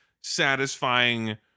satisfying